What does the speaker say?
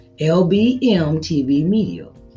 lbmtvmedia